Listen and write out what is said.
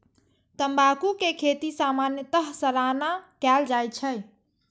तंबाकू के खेती सामान्यतः सालाना कैल जाइ छै